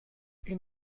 این